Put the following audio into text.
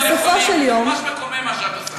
זה ממש מקומם, מה שאת עושה.